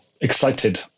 excited